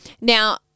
Now